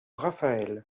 raphaël